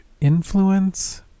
influence